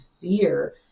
fear